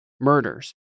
murders